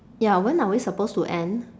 ya when are we supposed to end